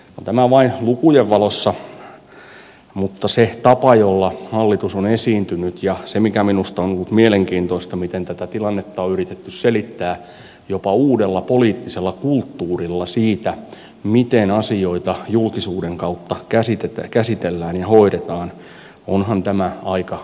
tämä vain lukujen valossa mutta se tapa jolla hallitus on esiintynyt ja se mikä minusta on ollut mielenkiintoista miten tätä tilannetta on yritetty selittää jopa uudella poliittisella kulttuurilla siitä miten asioita julkisuuden kautta käsitellään ja hoidetaan onhan tämä aika erikoista